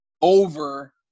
over